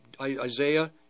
Isaiah